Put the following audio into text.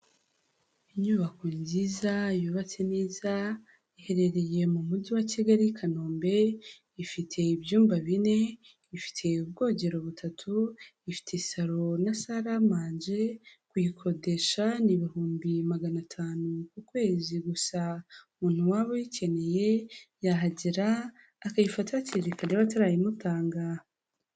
Inyubako nziza yubatse neza, iherereye mu mujyi wa Kigali Kanombe, ifite ibyumba bine ifite ubwogero butatu, ifite isaro na salamanje, kuyikodesha ni ibihumbi magana atanu ku kwezi gusa, umuntu waba uyikeneye, yahagera akayifata hakiri ikare batarayimutanga.